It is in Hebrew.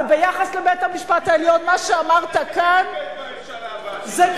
וביחס לבית-המשפט העליון, מה שאמרת כאן זה כלום.